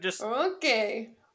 Okay